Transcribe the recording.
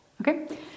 Okay